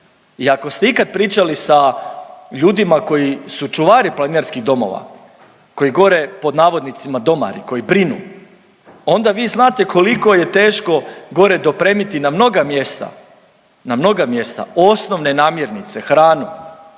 i ako ste ikad pričali sa ljudima koji su čuvari planinarskih domova, koji gore pod navodnicima domari, koji brinu onda vi znate koliko je teško gore dopremiti na mnoga mjesta, na mnoga mjesta osnovne namirnice, hranu,